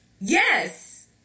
Yes